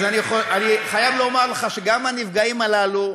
אז אני חייב לומר לך שהנפגעים הללו,